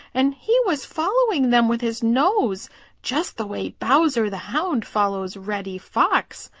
and he was following them with his nose just the way bowser the hound follows reddy fox.